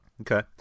Okay